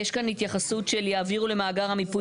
יש כאן התייחסות של "יעבירו למאגר המיפוי